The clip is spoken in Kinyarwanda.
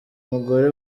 mugore